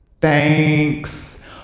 Thanks